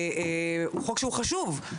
הוא חוק שהוא חשוב,